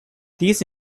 these